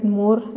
more